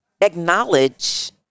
acknowledge